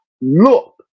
look